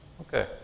Okay